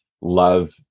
love